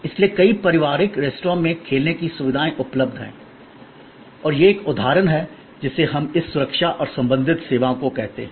इसलिए कई पारिवारिक रेस्तरां में खेलने की सुविधाएं उपलब्ध हैं और यह एक उदाहरण है जिसे हम इस सुरक्षा और संबंधित सेवाओं को कहते हैं